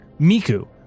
Miku